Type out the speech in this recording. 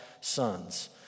sons